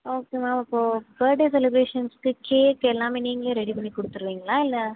okay ma'am அப்போது birthday செலிப்ரேஷன்ஸுக்கு cake எல்லாமே நீங்களே ரெடி பண்ணி கொடுத்துருவிங்களா இல்லை